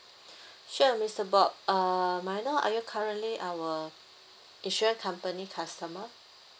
sure mister bob uh may I know are you currently our insurance company customer